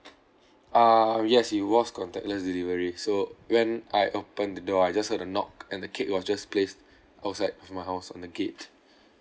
ah yes it was contactless delivery so when I opened the door I just heard a knock and the cake was just placed outside of my house on the gate